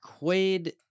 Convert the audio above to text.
Quaid